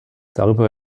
darüber